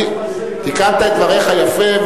תיקנת את דבריך יפה,